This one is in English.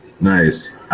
nice